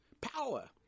power